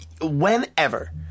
whenever